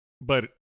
But-